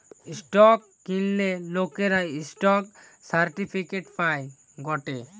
stock কিনলে লোকরা stock certificate পায় গটে